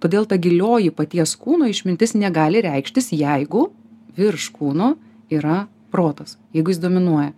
todėl ta gilioji paties kūno išmintis negali reikštis jeigu virš kūno yra protas jeigu jis dominuoja